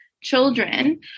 children